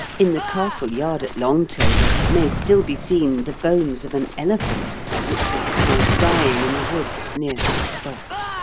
in the castle yard at longtover may still be seen the bones of an elephant which was found dying in the woods near that spot.